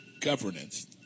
governance